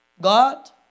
God